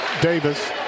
Davis